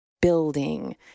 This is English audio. building